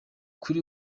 kuri